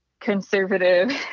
conservative